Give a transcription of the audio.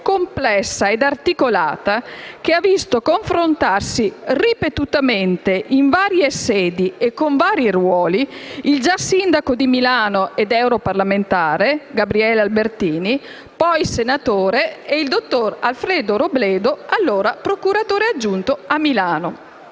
complessa e articolata che ha visto confrontarsi ripetutamente, in varie sedi e con vari ruoli, il già sindaco di Milano ed europarlamentare, Gabriele Albertini, poi senatore, e il dottor Alfredo Robledo, allora procuratore aggiunto a Milano.